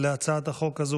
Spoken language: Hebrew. להצעת החוק הזו,